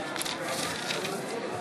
הכנסת.